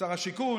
שר השיכון,